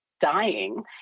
dying